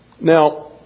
Now